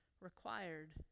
required